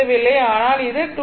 ஆனால் இது 2